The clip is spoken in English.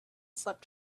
slept